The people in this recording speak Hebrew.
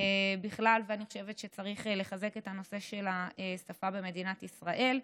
ובכלל ואני חושבת שצריך לחזק את הנושא של השפה במדינת ישראל,